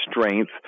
strength